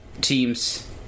team's